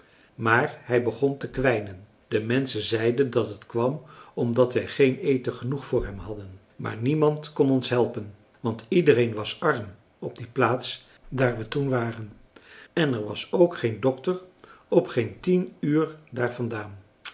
maar hij begon te kwijnen de menschen zeiden dat het kwam omdat wij geen eten genoeg voor hem hadden maar niemand kon ons helpen want iedereen was arm op die plaats daar we toen waren en er was ook geen dokter op geen tien uur daar vandaan